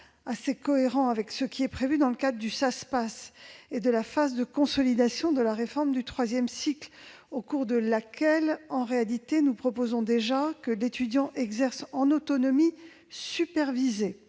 assez cohérent avec ce qui est prévu dans le cadre du Saspas et de la phase de consolidation de la réforme du troisième cycle. Ainsi, nous proposons déjà que l'étudiant exerce en autonomie supervisée.